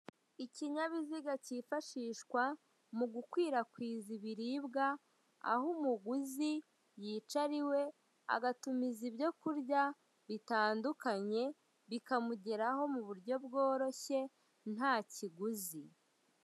Ikinyabiziga kifashishwa mugukwirakwiza ibiribwa aho umuguzi yicara iwe agatumiza ibyokurya bitandukanye bikamugeraho muburyo bworoshye ntakiguzi.